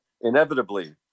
inevitably